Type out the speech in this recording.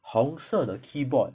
红色的 keyboard